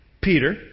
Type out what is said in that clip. Peter